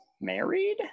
married